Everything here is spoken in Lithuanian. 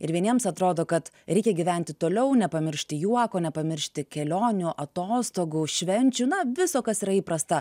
ir vieniems atrodo kad reikia gyventi toliau nepamiršti juoko nepamiršti kelionių atostogų švenčių na viso kas yra įprasta